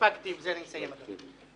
בזה אני מסיים, אדוני.